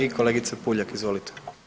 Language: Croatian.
I kolegica Puljak, izvolite.